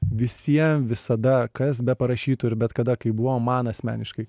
visiem visada kas beparašytų ir bet kada kai buvo man asmeniškai